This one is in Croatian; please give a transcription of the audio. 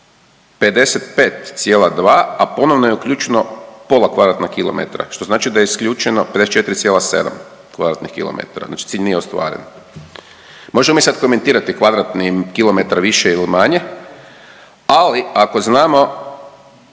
55,2, a ponovno je uključeno pola kvadratnog kilometra što znači da je isključeno 54,7 km2. Znači cilj nije ostvaren. Možemo mi sad komentirati kvadratni kilometar više ili manje, ali ako znamo